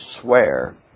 swear